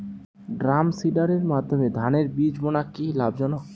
ড্রামসিডারের মাধ্যমে ধানের বীজ বোনা কি লাভজনক?